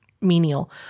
menial